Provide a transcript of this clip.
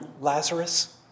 Lazarus